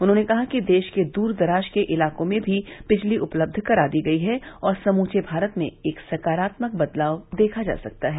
उन्होंने कहा कि देश के दूरदराज के इलाकों में भी बिजली उपलब्ध करा दी गई है और समूचे भारत में एक सकारात्मक बदलाव देखा जा सकता है